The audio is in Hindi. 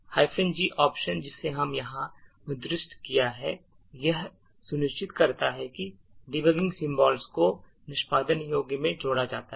G option जिसे हमने यहां निर्दिष्ट किया है यह सुनिश्चित करता है कि debugging symbols को निष्पादन योग्य में जोड़ा जाता है